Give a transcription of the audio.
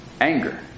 anger